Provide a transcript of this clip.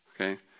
Okay